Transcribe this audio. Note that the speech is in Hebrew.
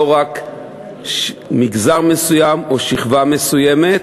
לא רק מגזר מסוים או שכבה מסוימת.